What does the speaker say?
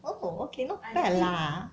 oh okay not bad lah